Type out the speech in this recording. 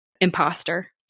imposter